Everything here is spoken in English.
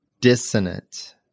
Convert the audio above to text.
dissonant